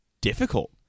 difficult